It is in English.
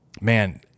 Man